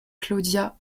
claudia